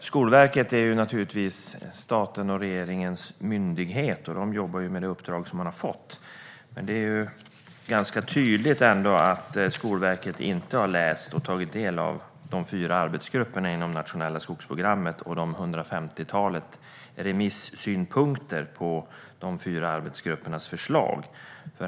Skolverket är naturligtvis statens och regeringens myndighet, och den jobbar med det uppdrag som den har fått. Men det är ändå ganska tydligt att Skolverket inte har läst och tagit del av det som kommit från de fyra arbetsgrupperna inom det nationella skogsprogrammet samt de omkring 150 remissynpunkterna på de fyra arbetsgruppernas förslag.